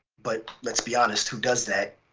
but let's be honest. who does that?